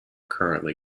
currently